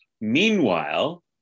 Meanwhile